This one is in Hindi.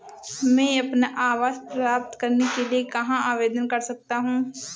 मैं अपना आवास प्राप्त करने के लिए कहाँ आवेदन कर सकता हूँ?